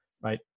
right